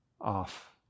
off